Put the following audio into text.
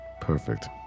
Perfect